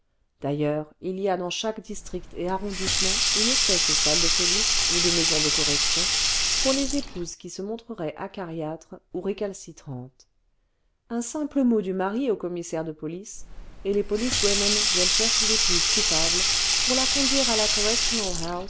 d'ailleurs il y a dans chaque district et arrondissement une espèce de salle de police ou de maison de correction pour les épouses qui se montreraient acariâtres ou récalcitrantes un simple mot du mari au commissaire de police et les policewomen viennent chercher l'épouse coupable pour la conduire à la correctional